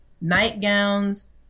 nightgowns